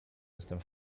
jestem